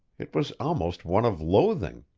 it was almost one of loathing.